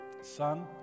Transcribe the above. son